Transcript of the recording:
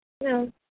No